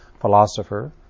philosopher